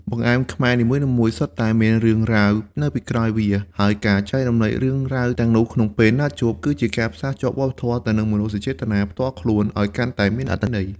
បង្អែមខ្មែរនីមួយៗសុទ្ធតែមាន «រឿងរ៉ាវ» នៅពីក្រោយវា ហើយការចែករំលែករឿងរ៉ាវទាំងនោះក្នុងពេលណាត់ជួប គឺជាការផ្សារភ្ជាប់វប្បធម៌ទៅនឹងមនោសញ្ចេតនាផ្ទាល់ខ្លួនឱ្យកាន់តែមានអត្ថន័យ។